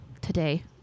today